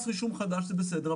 אמרו: נכנס רשום חדש, זה בסדר.